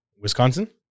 Wisconsin